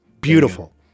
beautiful